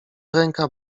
ręka